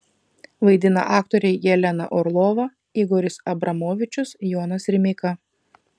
vaidina aktoriai jelena orlova igoris abramovičius jonas rimeika